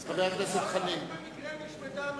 רק במקרה נשמטה המחויבות,